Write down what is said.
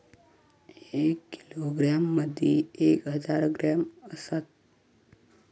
एक किलोग्रॅम मदि एक हजार ग्रॅम असात